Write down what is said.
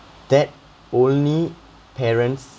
that only parents